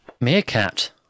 Meerkat